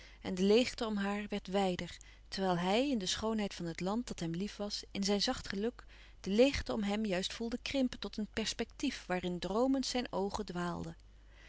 en de leêgte om haar werd wijder terwijl hij in de schoonheid van het land dat hem lief was in zijn zacht geluk de leêgte om hem juist voelde krimpen tot een perspectief waarin droomend zijn oogen